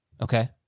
Okay